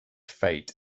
fate